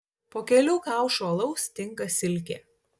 po kelių kaušų alaus tinka silkė